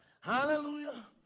Hallelujah